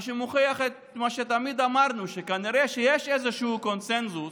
מה שמוכיח את מה שתמיד אמרנו: שכנראה שיש איזשהו קונסנזוס